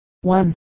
one